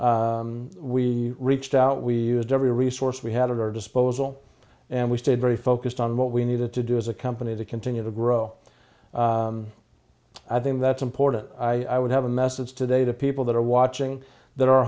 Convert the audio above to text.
we reached out we had every resource we had of our disposal and we stayed very focused on what we needed to do as a company to continue to grow i think that's important i would have a message today to people that are watching that are